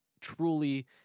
truly